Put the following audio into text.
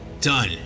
done